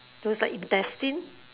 those like intestine